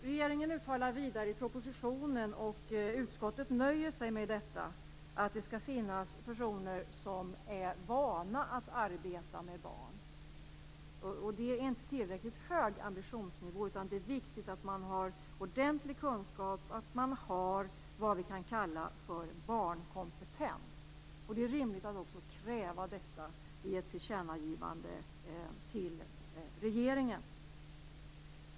Regeringen uttalar vidare i propositionen, vilket utskottet nöjer sig med, att det skall finnas personer som är vana att arbeta med barn. Det är inte en tillräckligt hög ambitionsnivå, utan det är viktigt att man har ordentlig kunskap, att man har vad vi kan kalla barnkompetens. Det är rimligt att också kräva detta i ett tillkännagivande till regeringen.